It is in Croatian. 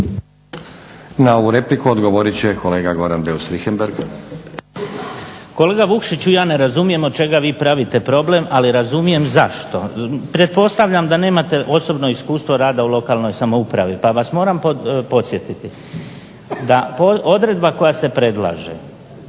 Na ovu repliku odgovorit će kolega Goran Beus Richembergh. **Beus Richembergh, Goran (HNS)** Kolega Vukšiću ja ne razumijem od čega vi pravite problem, ali razumijem zašto. Pretpostavljam da nemate osobno iskustvo rada u lokalnoj samoupravi pa vas moram podsjetiti da odredba koja se predlaže